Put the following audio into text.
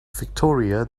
victoria